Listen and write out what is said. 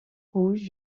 rouges